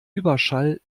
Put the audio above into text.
überschall